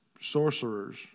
sorcerers